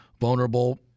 vulnerable